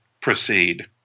proceed